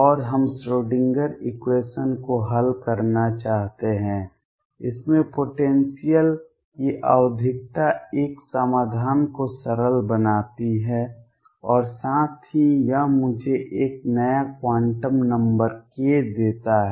और हम Schrödinger equation Schrödinger equation को हल करना चाहते हैं इसमें पोटेंसियल की आवधिकता एक समाधान को सरल बनाती है और साथ ही यह मुझे एक नया क्वांटम नंबर k देता है